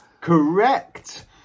Correct